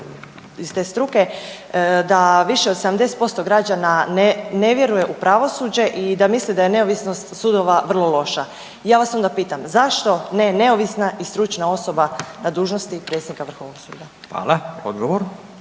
iz te struke, da više od 70% građana ne vjeruje u pravosuđe i da mislim da je neovisnost sudova vrlo loša. Ja vas onda pitam, zašto ne neovisna i stručna osoba na dužnosti predsjednika Vrhovnog suda? **Radin,